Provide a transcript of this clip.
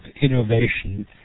innovation